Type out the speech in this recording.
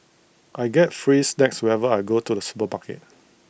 I get free snacks whenever I go to the supermarket